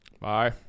Bye